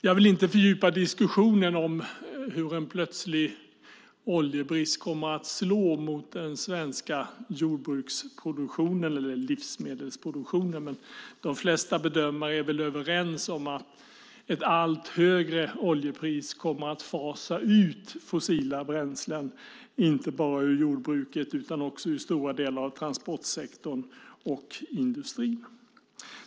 Jag vill inte fördjupa diskussionen om hur en plötslig oljebrist kommer att slå mot den svenska jordbruksproduktionen eller livsmedelsproduktionen, men de flesta bedömare är överens om att ett allt högre oljepris kommer att fasa ut fossila bränslen, inte bara ur jordbruket utan också ur stora delar av transportsektorn och industrin.